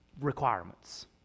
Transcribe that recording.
requirements